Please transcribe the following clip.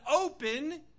open